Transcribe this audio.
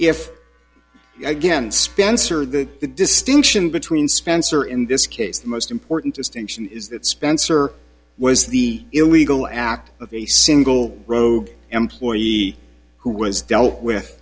if again spencer the distinction between spencer in this case the most important distinction is that spencer was the illegal act of a single rogue employee who was dealt with